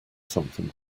something